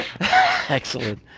Excellent